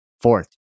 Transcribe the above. Fourth